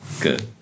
Good